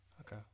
Okay